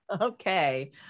Okay